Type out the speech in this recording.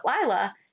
Lila